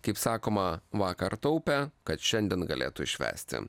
kaip sakoma vakar taupė kad šiandien galėtų švęsti